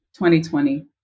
2020